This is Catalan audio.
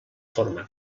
forma